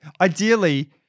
ideally